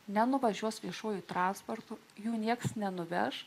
nenuvažiuos viešuoju transportu jų niekas nenuveš